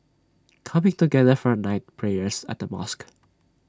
coming together for night prayers at the mosque